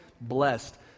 blessed